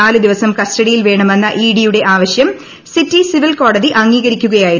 നാല് ദിവസം കസ്റ്റഡിയിൽ വേണമെന്ന ഇഡിയുടെ ആവശ്യം സിറ്റി സിവിൽ കോടതി അംഗീകരിക്കുകയായിരുന്നു